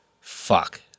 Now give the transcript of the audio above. fuck